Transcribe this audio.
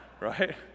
Right